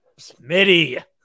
Smitty